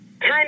time